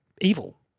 evil